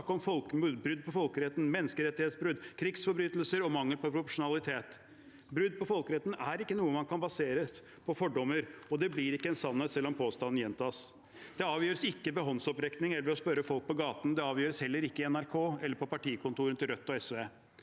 brudd på folkeretten, menneskerettighetsbrudd, krigsforbrytelser og mangel på proporsjonalitet. Brudd på folkeretten er ikke noe man kan basere på fordommer, og det blir ikke en sannhet selv om påstanden gjentas. Det avgjøres ikke ved håndsopprekning eller ved å spørre folk på gaten. Det avgjøres heller ikke i NRK eller på partikontorene til Rødt og SV.